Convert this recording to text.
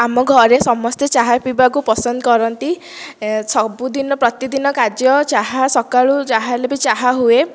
ଆମ ଘରେ ସମସ୍ତେ ଚାହା ପିଇବାକୁ ପସନ୍ଦ କରନ୍ତି ସବୁଦିନ ପ୍ରତିଦିନ କାର୍ଯ୍ୟ ଚାହା ସକାଳୁ ଯାହା ହେଲେ ବି ଚାହା ହୁଏ